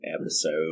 episode